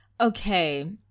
Okay